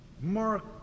Mark